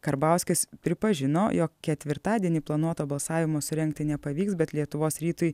karbauskis pripažino jog ketvirtadienį planuoto balsavimo surengti nepavyks bet lietuvos rytui